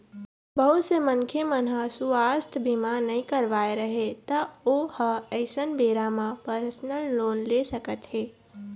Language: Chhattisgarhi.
बहुत से मनखे मन ह सुवास्थ बीमा नइ करवाए रहय त ओ ह अइसन बेरा म परसनल लोन ले सकत हे